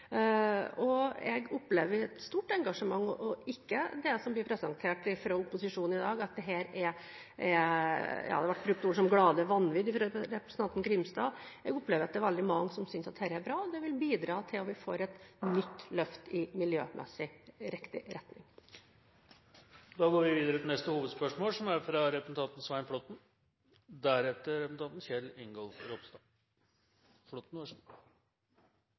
Jeg opplever stort engasjement og ikke det som blir presentert fra opposisjonen i dag. Det ble bl.a. brukt ord som «glade vanvit» fra representanten Grimstad. Jeg opplever at det er veldig mange som synes at dette er bra. Det vil bidra til at vi får et nytt løft i miljømessig riktig retning. Da går vi videre til neste hovedspørsmål. Mitt spørsmål går til landbruks- og matministeren. Norske forbrukere spenner inn livreimen etter julematen. Da etterspør de kylling. Kylling er